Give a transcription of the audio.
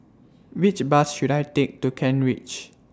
Which Bus should I Take to Kent Ridge